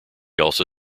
also